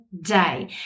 day